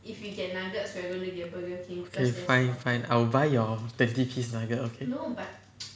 okay fine fine I will buy your twenty piece nugget okay